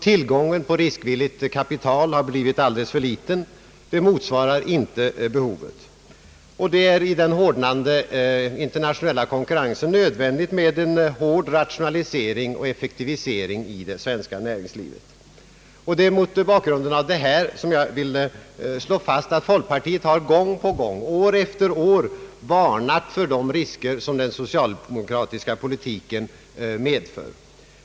Tillgången på riskvilligt kapital har också blivit alldeles för liten och motsvarar inte behovet. I den hårdnande internationella konkurrensen är de nödvändigt att kraftigt rationalisera och = effektivisera inom svenskt näringsliv. Det är mot den bakgrunden jag vill slå fast att folkpartiet gång på gång, år efter år, har varnat för de risker som den socialdemokratiska politiken medför.